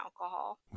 alcohol